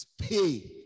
pay